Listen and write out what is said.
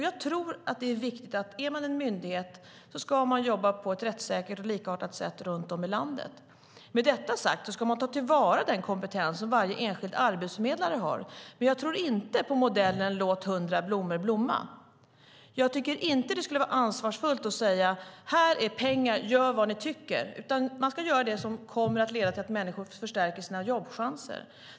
Jag tror att det är viktigt att man som myndighet ska jobba på ett rättssäkert och likartat sätt runt om i landet. Med detta sagt ska man ta till vara den kompetens som varje enskild arbetsförmedlare har. Men jag tror inte på modellen låt hundra blommor blomma. Jag tycker inte att det skulle vara ansvarsfullt att säga: Här är pengar - gör vad ni tycker! Man ska göra det som kommer att leda till att människor förstärker sina jobbchanser.